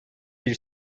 bir